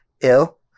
ill